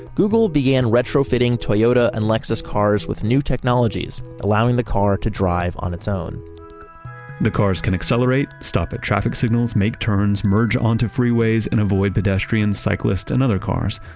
google began retrofitting toyota and lexus cars with new technologies, allowing the car to drive on its own the cars can accelerate, stop at traffic signals, make turns, merge onto freeways, and avoid pedestrians, cyclists, and other cars,